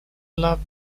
love